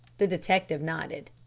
the detective nodded.